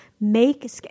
Make